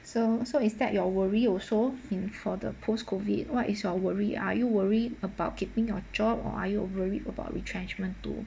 so so is that your worry also in for the post-COVID what is your worry are you worry about keeping your job or are you worry about retrenchment too